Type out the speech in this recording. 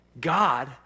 God